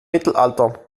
mittelalter